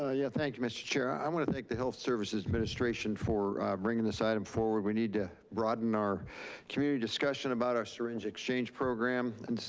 ah yeah, thank you mr. chair. i want to thank the health services administration for bringing this item forward. we need to broaden our community discussion about our syringe exchange program. and this is,